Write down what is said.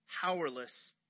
powerless